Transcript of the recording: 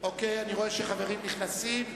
רואה שחברים נכנסים,